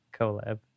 collab